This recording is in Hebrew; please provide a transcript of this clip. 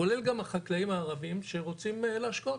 כולל גם החקלאים הערביים שרוצים להשקות.